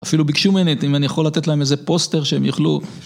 אפילו ביקשו ממני אם אני יכול לתת להם איזה פוסטר שהם יוכלו...